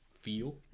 feel